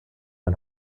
ein